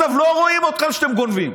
עזוב, לא רואים אתכם שאתם גונבים.